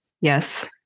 yes